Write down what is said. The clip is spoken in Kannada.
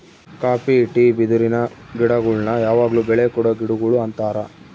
ಕಾಪಿ ಟೀ ಬಿದಿರಿನ ಗಿಡಗುಳ್ನ ಯಾವಗ್ಲು ಬೆಳೆ ಕೊಡೊ ಗಿಡಗುಳು ಅಂತಾರ